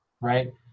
right